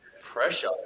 pressure